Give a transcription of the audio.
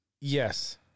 Yes